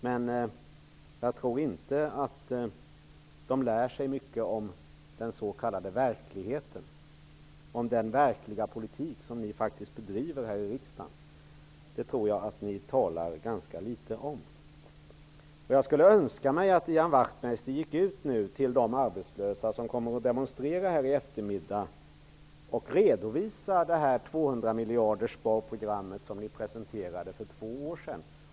Men jag tror inte att de lär sig mycket om den s.k. verkligheten, om den verkliga politik som ni faktiskt bedriver här i riksdagen. Den tror jag att ni talar ganska litet om. Jag skulle önska att Ian Wachtmeister gick ut till de arbetslösa som kommer att demonstrera utanför Riksdagshuset i eftermiddag och redovisade det sparprogram på 200 miljarder som Ny demokrati presenterade för två år sedan.